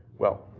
well,